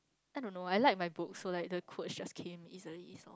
I don't know I like my book so like the quotes just came easily